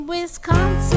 Wisconsin